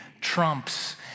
trumps